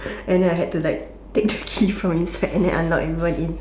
and then I had to like take the key from inside and then unlock everyone in